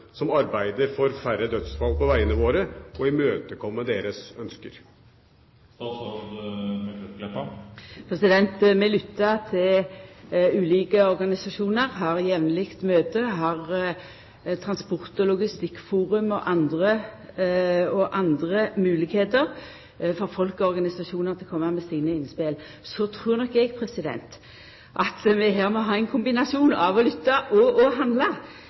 som arbeider for færre dødsfall på vegene våre, og imøtekomme deres ønsker? Vi lyttar til ulike organisasjonar. Vi har jamleg møte. Vi har transport- og logistikkforum og andre moglegheiter for folk og organisasjonar til å koma med sine innspel. Så trur nok eg at vi her må ha ein kombinasjon av det å lytta og det å handla.